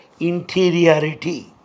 interiority